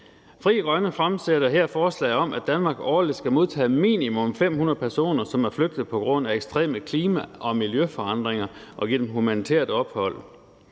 Frie Grønne fremsætter et forslag om, at Danmark årligt skal modtage minimum 500 personer, som er flygtet på grund af ekstreme klima- og miljøforandringer, og give dem humanitært ophold.